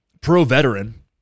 pro-veteran